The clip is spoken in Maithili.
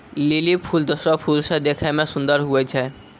लीली फूल दोसरो फूल से देखै मे सुन्दर हुवै छै